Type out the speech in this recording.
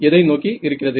எதை நோக்கி இருக்கிறது